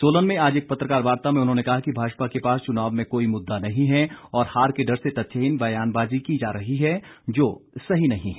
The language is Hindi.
सोलन में आज एक पत्रकार वार्ता में उन्होंने कहा कि भाजपा के पास चुनाव में कोई मुददा नहीं हैं और हार के डर से तथ्यहीन बयानबाजी की जा रही है जो सही नहीं है